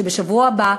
שבשבוע הבא,